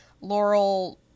Laurel